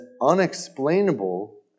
unexplainable